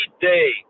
day